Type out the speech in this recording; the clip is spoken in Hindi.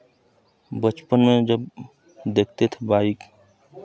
बचपन में जब देखते थे बाइक